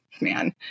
man